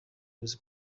uzi